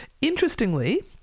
Interestingly